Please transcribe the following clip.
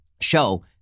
show